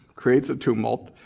creates a tumult,